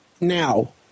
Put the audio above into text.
now